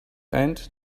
and